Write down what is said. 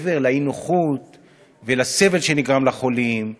מעבר לאי-נוחות ולסבל שנגרמים לחולים,